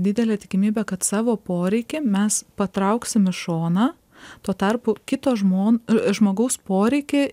didelė tikimybė kad savo poreikį mes patrauksim į šoną tuo tarpu kito žmon žmogaus poreikį